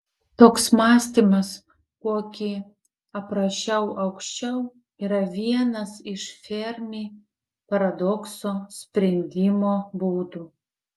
toks mąstymas kokį aprašiau aukščiau yra vienas iš fermi paradokso sprendimo būdų